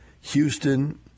Houston